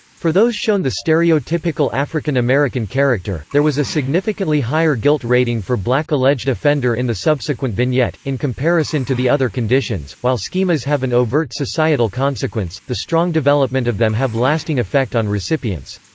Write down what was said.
for those shown the stereotypical african-american character, there was a significantly higher guilt rating for black alleged offender in the subsequent vignette, in comparison to the other conditions while schemas have an overt societal consequence, the strong development of them have lasting effect on recipients.